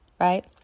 right